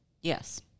Yes